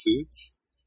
foods